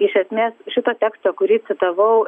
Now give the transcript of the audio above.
iš esmės šitą tekstą kurį citavau